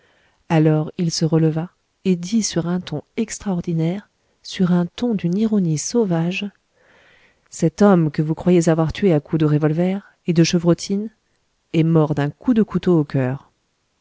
alors il se releva et dit sur un ton extraordinaire sur un ton d'une ironie sauvage cet homme que vous croyez avoir tué à coups de revolver et de chevrotines est mort d'un coup de couteau au cœur